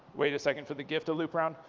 wait a second for the gif to loop around,